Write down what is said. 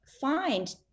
find